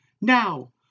Now